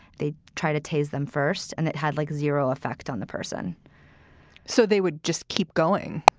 they try to tase them first. and it had like zero effect on the person so they would just keep going.